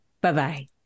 Bye-bye